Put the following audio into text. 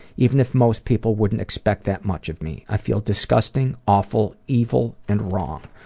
even if most people wouldn't expect that much of me. i feel disgusting, awful, evil and wrong.